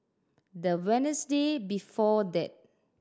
the Wednesday before that